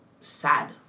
Sad